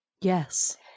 Yes